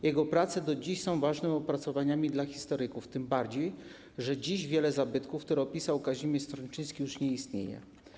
Jego prace do dziś są ważnymi opracowaniami dla historyków, tym bardziej że dziś wiele zabytków, które opisał Kazimierz Stronczyński, już nie istnieje.